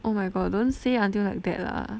oh my god don't say until like that lah